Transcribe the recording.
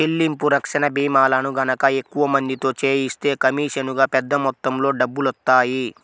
చెల్లింపు రక్షణ భీమాలను గనక ఎక్కువ మందితో చేయిస్తే కమీషనుగా పెద్ద మొత్తంలో డబ్బులొత్తాయి